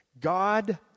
God